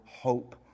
hope